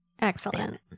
Excellent